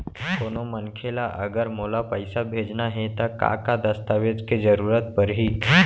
कोनो मनखे ला अगर मोला पइसा भेजना हे ता का का दस्तावेज के जरूरत परही??